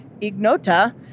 Ignota